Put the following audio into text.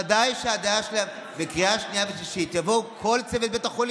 בוודאי שבקריאה שנייה ושלישית יבואו כל צוות בתי החולים.